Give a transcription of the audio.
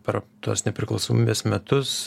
per tuos nepriklausomybės metus